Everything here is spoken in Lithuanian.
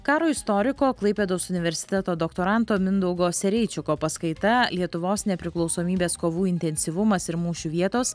karo istoriko klaipėdos universiteto doktoranto mindaugo sereičiko paskaita lietuvos nepriklausomybės kovų intensyvumas ir mūšių vietos